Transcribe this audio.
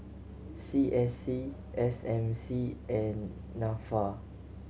C S C S M C and Nafa